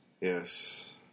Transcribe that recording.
Yes